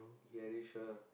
very sure